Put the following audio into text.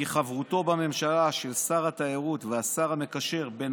כי חברותו בממשלה של שר התיירות והשר המקשר בין